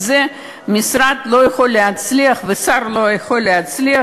ומשרד לא יכול להצליח ושר לא יכול להצליח